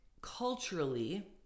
culturally